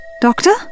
Doctor